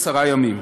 עשרה ימים.